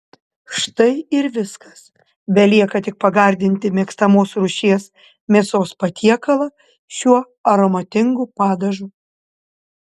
štai ir viskas belieka tik pagardinti mėgstamos rūšies mėsos patiekalą šiuo aromatingu padažu